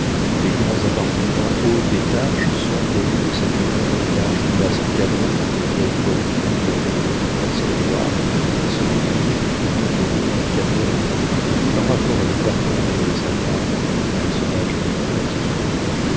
les grands appartements hauts d'étage sombres et nus de cette demeure les larges glaces encadrées dans de vieilles bordures dorées presque noires et ce mobilier du temps de louis xiv étaient en rapport avec bartholoméo et sa femme personnages dignes de l'antiquité